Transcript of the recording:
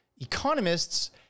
economists